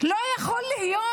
לא יכול להיות.